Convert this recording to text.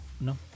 No